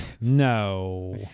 No